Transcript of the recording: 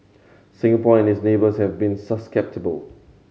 Singapore and its neighbours have been susceptible